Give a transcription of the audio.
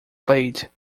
played